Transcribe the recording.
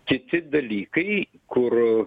kiti dalykai kur